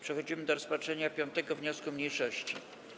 Przechodzimy do rozpatrzenia 5. wniosku mniejszości.